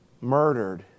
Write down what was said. murdered